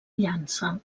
llança